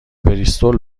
بریستول